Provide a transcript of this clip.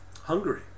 hungary